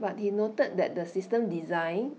but he noted that the system's design